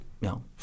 no